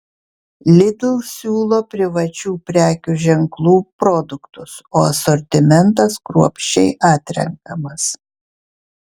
lidl siūlo privačių prekių ženklų produktus o asortimentas kruopščiai atrenkamas